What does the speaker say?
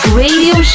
radio